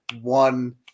one